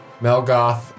Melgoth